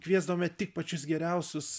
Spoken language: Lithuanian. kviesdavome tik pačius geriausius